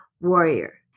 warrior